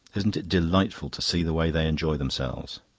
isn't it delightful to see the way they enjoy themselves?